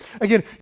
Again